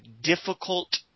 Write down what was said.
difficult